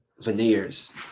veneers